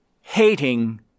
hating